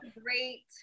Great